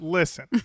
Listen